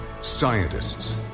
scientists